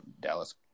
Dallas